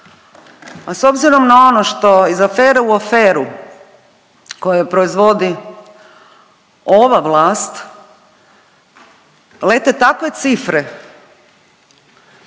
a s obzirom na ono što iz afere u aferu koje proizvodi ova vlast lete takve cifre